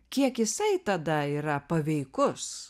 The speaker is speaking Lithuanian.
kiek jisai tada yra paveikus